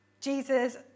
Jesus